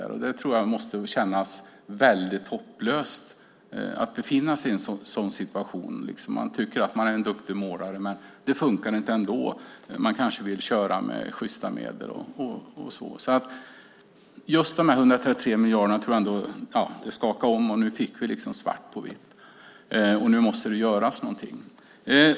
Det måste kännas väldigt hopplöst att befinna sig i en sådan situation. Man tycker att man är en duktig målare, men det funkar ändå inte. Man kanske vill köra med sjysta medel och så. Jag tror att just de där 133 miljarderna skakade om oss. Nu fick vi liksom svart på vitt att det måste göras någonting.